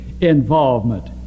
involvement